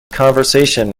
conversation